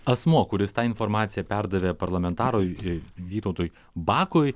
asmuo kuris tą informaciją perdavė parlamentarui vytautui bakui